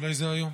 אולי זה היום,